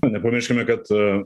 nepamirškime kad